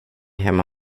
hemma